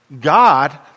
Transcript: God